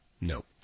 No